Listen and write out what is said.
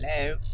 Hello